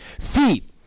feet